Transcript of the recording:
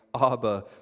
Abba